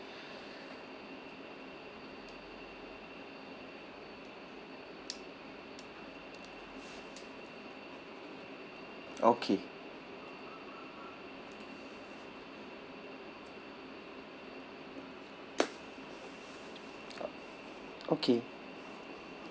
okay uh okay